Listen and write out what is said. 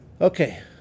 Okay